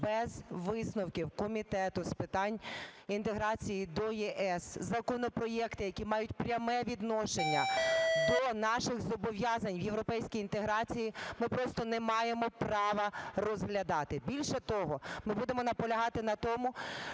без висновків Комітету з питань інтеграції до ЄС законопроекти, які мають пряме відношення до наших зобов'язань в європейській інтеграції, ми просто не маємо права розглядати. Більше того, ми будемо наполягати на тому,